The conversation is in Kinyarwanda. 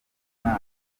imana